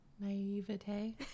naivete